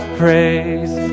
praise